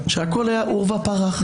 שהכול היה עורבא פרח.